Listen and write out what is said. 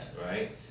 right